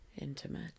intimate